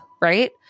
Right